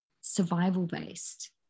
survival-based